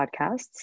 podcasts